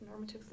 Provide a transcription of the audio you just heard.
normatively